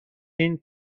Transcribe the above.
این